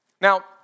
Now